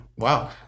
wow